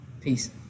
Peace